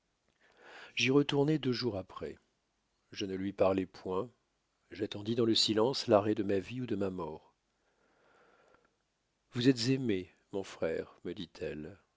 j'y retournai deux jours après je ne lui parlai point j'attendis dans le silence l'arrêt de ma vie ou de ma mort vous êtes aimé mon frère me dit-elle